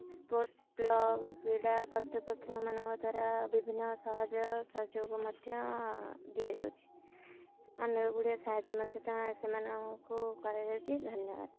sports club କ୍ରୀଡ଼ା କର୍ତ୍ତୃପକ୍ଷମାନଙ୍କ ଦ୍ୱାରା ବିଭିନ୍ନ ସାହାଯ୍ୟ ସହଯୋଗ ମଧ୍ୟ ଦିଆଯାଉଛିି ଅନେକ ଗୁଡ଼ିଏ ସାହାଯ୍ୟ ମଧ୍ୟ ସେମାନଙ୍କୁ କରାଯାଉଛି ଧନ୍ୟବାଦ